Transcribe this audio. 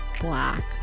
black